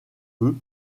peu